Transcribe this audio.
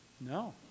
No